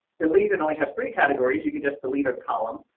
delete and only have three categories, you can just delete a column,